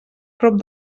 prop